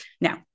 Now